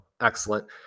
excellent